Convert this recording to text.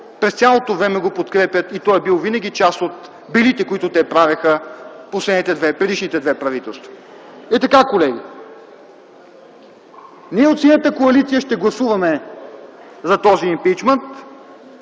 през цялото време го подкрепят и той е бил винаги част от белите, които те правеха – предишните две правителства. И така, колеги, ние от Синята коалиция ще гласуваме за този импийчмънт